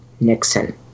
nixon